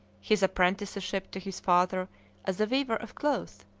his apprenticeship to his father as a weaver of cloth,